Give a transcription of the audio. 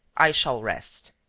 i shall rest.